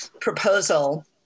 proposal